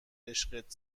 عشقت